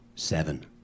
Seven